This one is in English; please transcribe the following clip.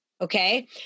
okay